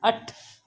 अठ